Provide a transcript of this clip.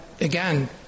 again